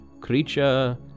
Creature